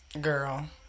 Girl